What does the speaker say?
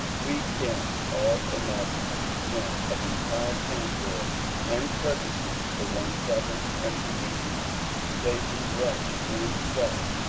we can au imagine two men of entire candour and courtesy the one southern, and believing slavery right in itself,